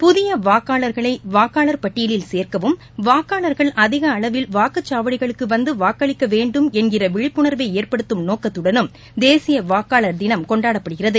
புதிய வாக்காளர்களை வாக்காளர் பட்டியலில் சேர்க்கவும் வாக்காளர்கள் அதிக அளவில் வாக்குச்சாவடிகளுக்கு வந்து வாக்களிக்க வேண்டும் என்கிற விழிப்புணர்வை ஏற்படுத்தும் நோக்கத்துடனும் தேசிய வாக்காளர் தினம் கொண்டாடப்படுகிறது